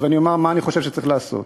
ואני אומר מה אני חושב שצריך לעשות.